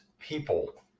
People